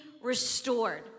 restored